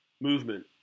movement